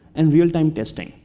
and real-time testing.